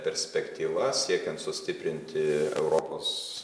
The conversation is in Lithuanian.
perspektyva siekiant sustiprinti europos